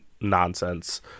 nonsense